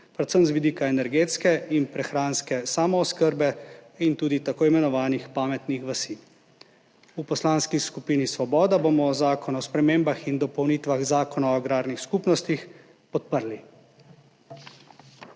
predvsem z vidika energetske in prehranske samooskrbe in tudi tako imenovanih pametnih vasi. V Poslanski skupini Svoboda bomo Predlog zakona o spremembah Zakona o spremembah in dopolnitvah Zakona o agrarnih skupnostih podprli.